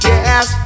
Yes